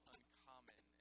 Uncommon